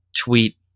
tweet